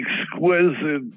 exquisite